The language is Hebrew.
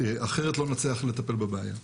אחרת לא נצליח לטפל בבעיה.